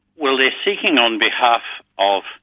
well, they're seeking on behalf of